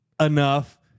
enough